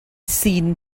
seen